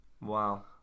Wow